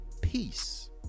Peace